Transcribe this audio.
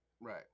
right